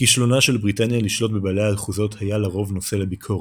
כישלונה של בריטניה לשלוט בבעלי האחוזות היה לרוב נושא לביקורת.